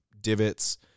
divots